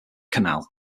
canal